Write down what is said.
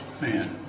Man